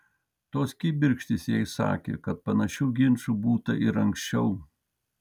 tos kibirkštys jai sakė kad panašių ginčų būta ir anksčiau